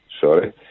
sorry